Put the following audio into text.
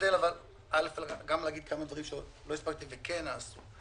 אשתדל גם להגיד כמה דברים שלא הספקתי וכן נעשו.